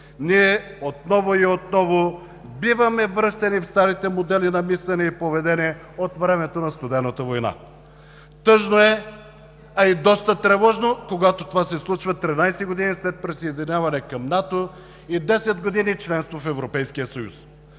ние отново и отново биваме връщани в старите модели на мислене и поведение от времето на Студената война. Тъжно е, а и доста тревожно, когато това се случва 13 години след присъединяване към НАТО и 10 години членство в Европейския съюз.